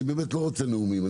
אני באמת לא רוצה נאומים.